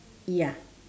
ya